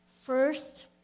First